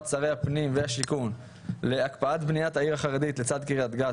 שרי הפנים והשיכון להקפיא את בניית העיר החרדית לצד קריית גת",